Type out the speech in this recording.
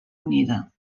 unida